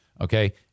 Okay